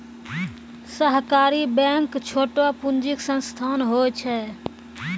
सहकारी बैंक छोटो पूंजी के संस्थान होय छै